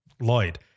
Lloyd